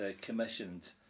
commissioned